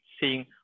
seeing